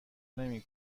نمی